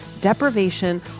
deprivation